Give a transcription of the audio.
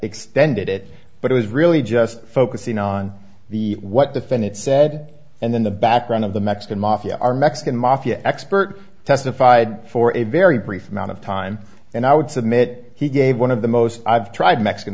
extended it but it was really just focusing on the what defendant said and then the background of the mexican mafia our mexican mafia expert testified for a very brief amount of time and i would submit he gave one of the most i've tried mexican